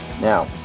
Now